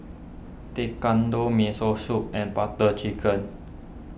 Tekkadon Miso Soup and Butter Chicken